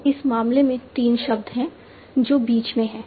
तो इस मामले में 3 शब्द हैं जो बीच में हैं